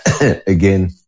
again